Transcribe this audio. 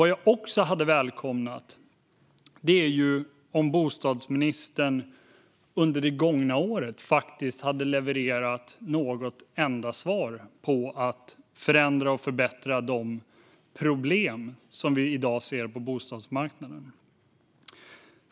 Jag hade gärna välkomnat att bostadsministern under det gångna året också hade levererat något enda svar på hur man ska förändra och förbättra de problem som vi i dag ser på bostadsmarknaden.